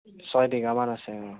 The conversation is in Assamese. ছয় বিঘামান আছে অ'